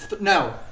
no